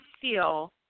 feel